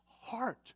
heart